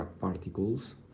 particles